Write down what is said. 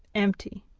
empty,